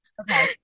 okay